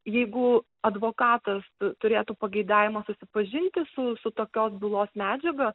jeigu advokatas turėtų pageidavimą susipažinti su su tokios bylos medžiaga